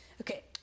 Okay